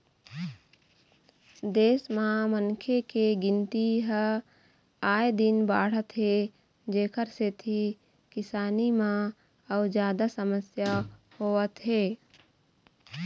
देश म मनखे के गिनती ह आए दिन बाढ़त हे जेखर सेती किसानी म अउ जादा समस्या होवत हे